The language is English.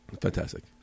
Fantastic